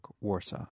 Warsaw